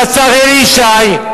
לשר אלי ישי,